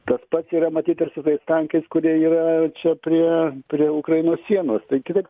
tas pats yra matyt ir su tais tankais kurie yra čia prie prie ukrainos sienos tai kitaip